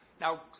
Now